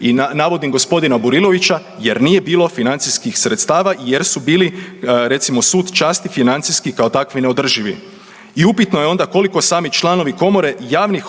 i navodim g. Burilovića jer nije bilo financijskih sredstava jer su bili recimo Sud časti financijski kao takvi neodrživi. I upitno je koliko sami članovi komore javnih